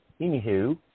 anywho